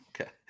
Okay